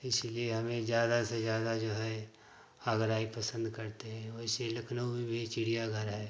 इसलिए हमें ज़्यादा से ज़्यादा जो है आगरा ही पसंद करते हैं वैसे लखनऊ में भी चिड़ियाघर है